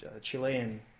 Chilean